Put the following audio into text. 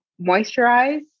moisturize